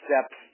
steps